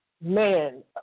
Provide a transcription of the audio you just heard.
Man